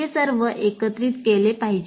हे सर्व एकत्रित केले पाहिजे